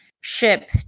ship